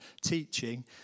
teaching